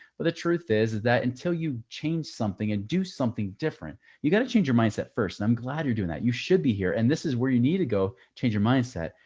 but the truth is is that until you change something and do something different, you gotta change your mindset first. and i'm glad you're doing that. you should be here. and this is where you need to go change your mindset.